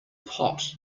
pot